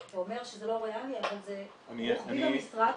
הוא אומר שזה לא ריאלי אבל זה רוחבי במשרד,